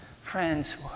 Friends